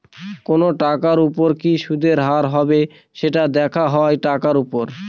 কোনো টাকার উপর কি সুদের হার হবে, সেটা দেখা হয় টাকার উপর